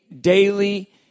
daily